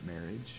marriage